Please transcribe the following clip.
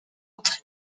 autres